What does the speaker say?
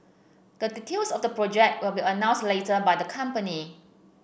the details of the project will be announced later by the company